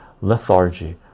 lethargy